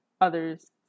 others